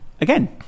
Again